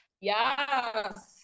Yes